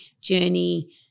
journey